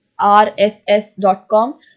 rss.com